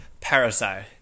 Parasite